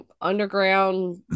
underground